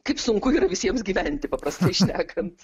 kaip sunku yra visiems gyventi paprastai šnekant